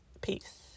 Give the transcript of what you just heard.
Peace